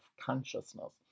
consciousness